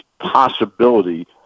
Possibility